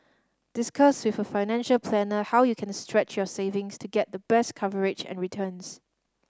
discuss with a financial planner how you can stretch your savings to get the best coverage and returns